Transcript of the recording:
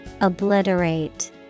Obliterate